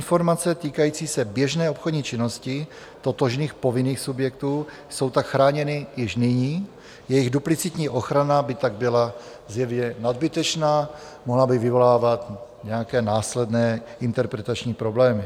Informace týkající se běžné obchodní činnosti totožných povinných subjektů jsou tak chráněny již nyní, jejich duplicitní ochrana by tak byla zjevně nadbytečná, mohla by vyvolávat nějaké následné interpretační problémy.